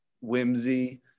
whimsy